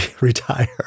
retire